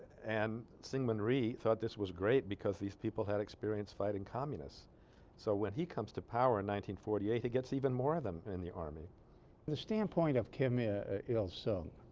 and syngman rhee felt this was great because these people had experience fighting communists so when he comes to power in nineteen forty eight he gets even more than in the army the standpoint of kim ah il sung